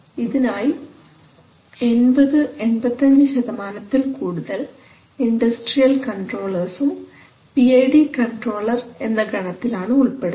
ഇതിനായി 80 85 ഇൽ കൂടുതൽ ഇൻഡസ്ട്രിയൽ കൺട്രോളർസും പി ഐ ഡി കൺട്രോളർ എന്ന ഗണത്തിലാണ് ഉൾപ്പെടുന്നത്